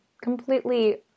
completely